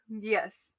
yes